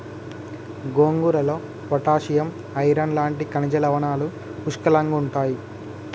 గోంగూరలో potassium, iron లాంటి ఖనిజ లవణాలు పుష్కలంగుంటాయి